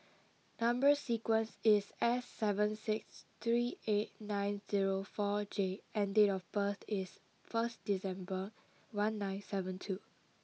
number sequence is S seven six three eight nine zero four J and date of birth is first December one nine seven two